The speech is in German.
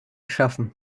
schaffen